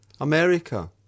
America